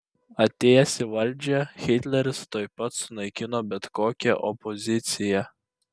atėjęs į valdžią hitleris tuoj pat sunaikino bet kokią opoziciją